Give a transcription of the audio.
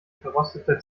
verrostete